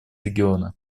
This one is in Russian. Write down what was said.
региона